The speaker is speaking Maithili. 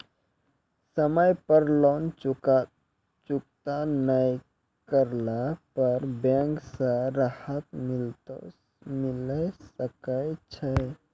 समय पर लोन चुकता नैय करला पर बैंक से राहत मिले सकय छै?